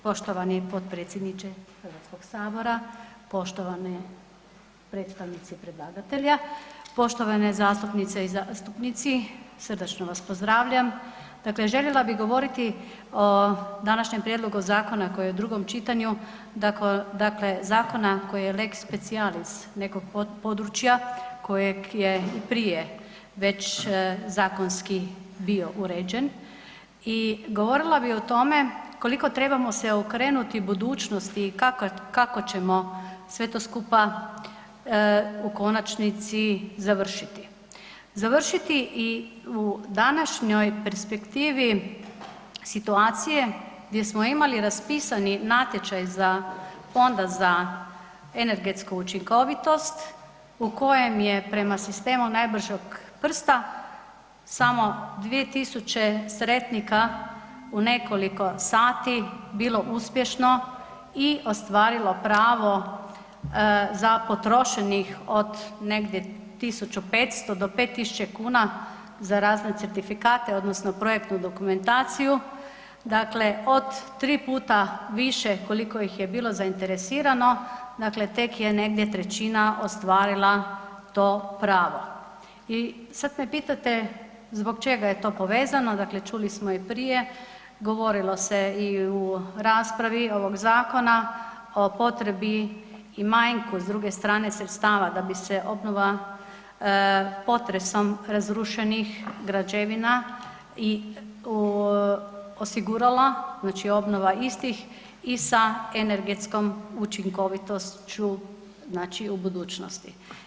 Poštovani potpredsjedniče Hrvatskog sabora, poštovani predstavnici predlagatelja, poštovane zastupnice i zastupnici srdačno vas pozdravljam, dakle željela bi govoriti o današnjem prijedloga zakona koji je u drugom čitanju, dakle zakona koji je lex specialis nekoga područja kojeg je prije već zakonski bio uređen i govorila bi o tome koliko trebamo se okrenuti budućnosti i kako ćemo sve to skupa u konačnici završiti, završiti i u današnjoj perspektivi situacije gdje smo imali raspisani natječaj za Fonda za energetsku učinkovitost u kojem je prema sistemu najbržeg prsta, samo 2000 sretnika u nekoliko sati bilo uspješno i ostvarilo pravo za potrošenih od negdje 1500 do 5000 kn za razne certifikate odnosno projektnu dokumentaciju, dakle od 3 puta više koliko ih je bilo zainteresirano, dakle tek je negdje 1/3 ostvarila to pravo i sad me pitate zbog čega je to povezano, dakle čuli smo i prije, govorilo se i u raspravi ovog zakona, o potrebi i manjku s druge sredstva da bi se obnova potresom razrušenih građevina i osigurala, znači obnova istiha i sa energetskom učinkovitošću znači u budućnosti.